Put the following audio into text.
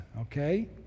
Okay